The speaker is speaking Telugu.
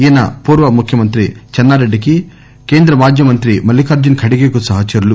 ఈయన పూర్వ ముఖ్యమంత్రి చెన్నారెడ్డికి కేంద్ర మాజీ మంత్రి మల్లిఖార్లున్ ఖడ్గేకు సహచరుడు